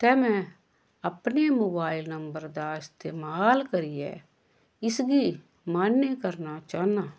ते में अपने मोबाइल नंबर दा इस्तेमाल करियै इसगी मान्य करना चाह्न्नां